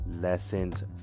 lessons